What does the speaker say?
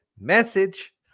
message